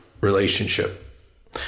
relationship